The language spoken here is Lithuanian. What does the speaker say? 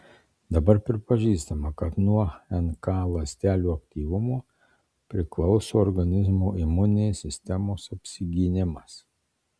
dabar pripažįstama kad nuo nk ląstelių aktyvumo priklauso organizmo imuninės sistemos apsigynimas